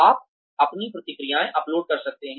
आप अपनी प्रतिक्रियाएँ अपलोड कर सकते हैं